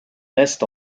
naissent